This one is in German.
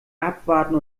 abwarten